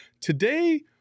Today